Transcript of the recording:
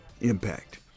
impact